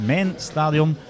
Mijnstadion